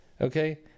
Okay